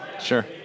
Sure